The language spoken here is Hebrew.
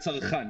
לצרכן.